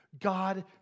God